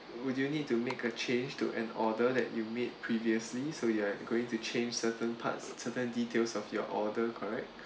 would you need to make a change to an order that you made previously so you are going to change certain parts certain details of your order correct